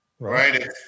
Right